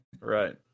Right